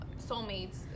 soulmates